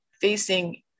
facing